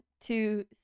two